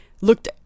looked